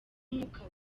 umwuka